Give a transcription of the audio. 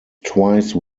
twice